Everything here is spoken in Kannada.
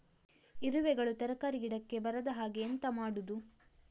ಇರುವೆಗಳು ತರಕಾರಿ ಗಿಡಕ್ಕೆ ಬರದ ಹಾಗೆ ಎಂತ ಮಾಡುದು?